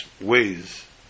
ways